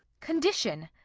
condition!